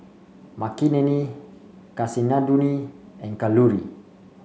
Makineni Kasinadhuni and Kalluri